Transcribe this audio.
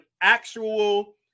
actual